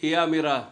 תהיה אמירה מפורשת.